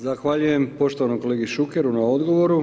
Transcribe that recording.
Zahvaljujem poštovanom kolegi Šukeru na odgovoru.